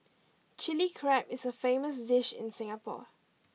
chilli crab is a famous dish in Singapore